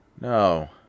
No